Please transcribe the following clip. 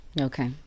Okay